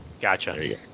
Gotcha